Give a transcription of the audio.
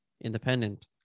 independent